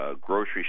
grocery